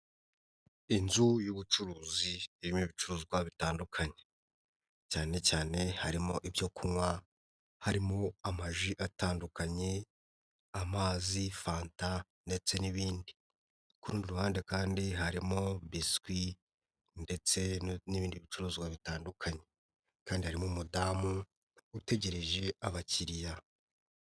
Inzu y'ubucuruzi irimo ibicuruzwa bitandukanye. Cyane cyane harimo ibyo kunywa, harimo amaji atandukanye, amazi, fanta ndetse n'ibindi. Ku rundi ruhande kandi harimo biswi ndetse n'ibindi bicuruzwa bitandukanye kandi harimo umudamu utegereje abakiriya.